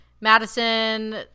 Madison